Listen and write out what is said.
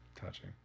touching